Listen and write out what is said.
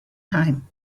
time